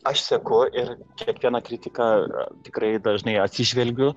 aš seku ir kiekvieną kritiką tikrai dažnai atsižvelgiu